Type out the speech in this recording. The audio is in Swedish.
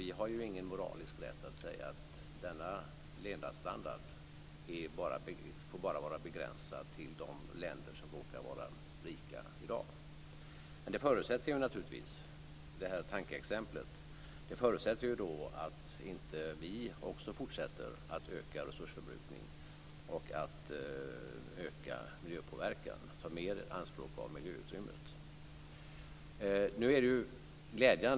Vi har ju ingen moralisk rätt att säga att denna levnadsstandard bara får vara begränsad till de länder som råkar vara rika i dag. Det här tänkta exemplet förutsätter naturligtvis att vi inte fortsätter att öka resursförbrukningen och miljöpåverkan, och gör mer anspråk på miljöutrymmet.